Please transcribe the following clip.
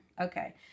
Okay